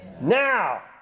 Now